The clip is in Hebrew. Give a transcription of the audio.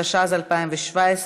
התשע"ז 2017,